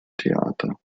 theater